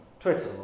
Twitter